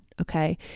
Okay